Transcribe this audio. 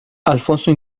alfonso